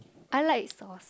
I like sauce